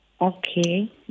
Okay